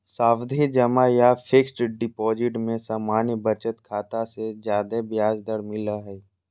सावधि जमा या फिक्स्ड डिपाजिट में सामान्य बचत खाता से ज्यादे ब्याज दर मिलय हय